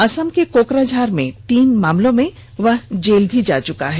असम के कोकराझार में तीन मामलों में वह जेल भी जा चुका है